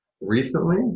recently